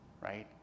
right